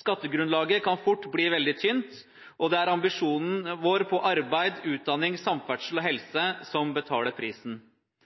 Skattegrunnlaget kan fort bli veldig tynt, og det er ambisjonen vår for arbeid, utdanning, samferdsel og helse som betaler prisen.